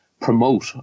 promote